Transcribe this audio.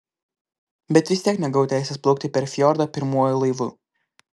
bet vis tiek negavau teisės plaukti per fjordą pirmuoju laivu